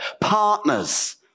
partners